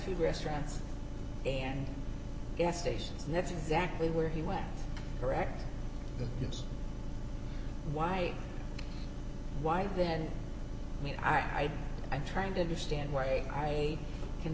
food restaurants and gas stations and that's exactly where he went direct to us why why then i mean i i'm trying to understand why a i can